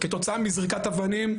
כתוצאה מזריקת אבנים,